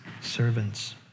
servants